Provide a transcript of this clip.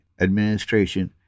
Administration